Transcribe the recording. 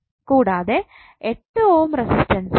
കൂടാതെ 8 ഓം റെസിസ്റ്റൻസ്സും ഉണ്ട്